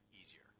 easier